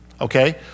Okay